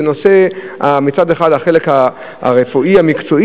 זה נושא שצד אחד שלו הוא החלק הרפואי המקצועי,